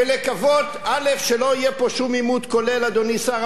שלא יהיה פה שום עימות כולל, אדוני שר האוצר, וב.